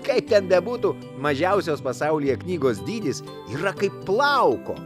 kaip ten bebūtų mažiausios pasaulyje knygos dydis yra kaip plauko